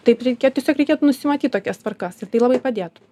taip reikia tiesiog reikėtų nusimatyt tokias tvarkas ir tai labai padėtų